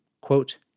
quote